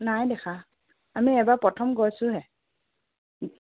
নাই দেখা আমি এবাৰ প্ৰথম গৈছোঁহে